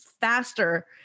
faster